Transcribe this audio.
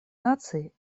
наций